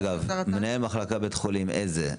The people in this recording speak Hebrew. אגב, מנהל מחלקה בבית חולים איזה?